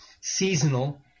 seasonal